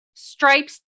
stripes